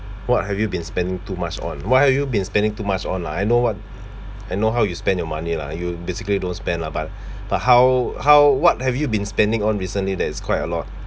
what have you been spending too much on what have you been spending too much on lah I know what I know how you spend your money lah you basically don't spend lah but but how how what have you been spending on recently that is quite a lot